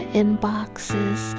inboxes